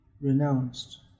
renounced